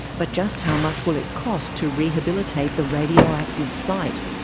but just how much will it cost to rehabilitate the radioactive site?